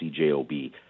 CJOB